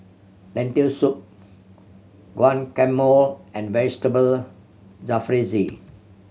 Lentil Soup Guacamole and Vegetable Jalfrezi